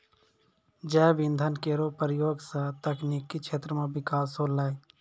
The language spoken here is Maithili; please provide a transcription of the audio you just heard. जैव इंधन केरो प्रयोग सँ तकनीकी क्षेत्र म बिकास होलै